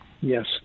Yes